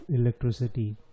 electricity